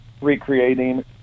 recreating